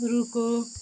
रुको